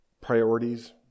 priorities